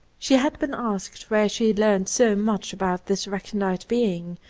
she had been asked where she learned so much about this recondite being,